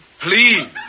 Please